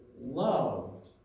loved